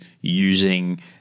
using